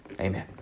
Amen